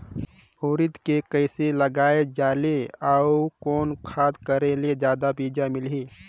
उरीद के कइसे लगाय जाले अउ कोन खाद कर करेले जादा बीजा मिलही?